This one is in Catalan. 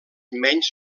menys